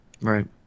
Right